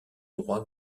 droit